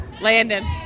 Landon